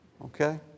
Okay